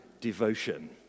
devotion